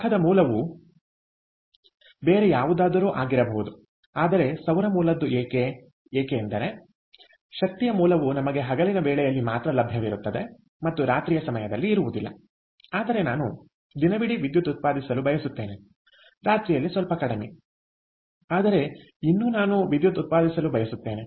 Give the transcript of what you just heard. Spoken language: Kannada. ಶಾಖದ ಮೂಲವು ಬೇರೆ ಯಾವುದಾದರೂ ಆಗಿರಬಹುದು ಆದರೆ ಸೌರ ಮೂಲದ್ದು ಏಕೆ ಏಕೆಂದರೆ ಶಕ್ತಿಯ ಮೂಲವು ನಮಗೆ ಹಗಲಿನ ವೇಳೆಯಲ್ಲಿ ಮಾತ್ರ ಲಭ್ಯವಿರುತ್ತದೆ ಮತ್ತು ರಾತ್ರಿಯ ಸಮಯದಲ್ಲಿ ಇರುವುದಿಲ್ಲ ಆದರೆ ನಾನು ದಿನವಿಡೀ ವಿದ್ಯುತ್ ಉತ್ಪಾದಿಸಲು ಬಯಸುತ್ತೇನೆ ರಾತ್ರಿಯಲ್ಲಿ ಸ್ವಲ್ಪ ಕಡಿಮೆ ಆದರೆ ಇನ್ನೂ ನಾನು ವಿದ್ಯುತ್ ಉತ್ಪಾದಿಸಲು ಬಯಸುತ್ತೇನೆ